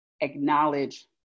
acknowledge